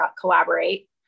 collaborate